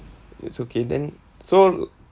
it's okay then so